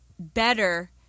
better